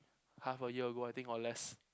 half a year ago I think or less